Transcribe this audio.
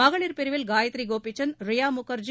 மகளிர் பிரிவில் காயத்ரி கோபிசந்த் ரியா முகர்ஜி